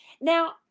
Now